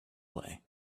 way